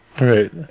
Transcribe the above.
Right